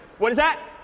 what is that?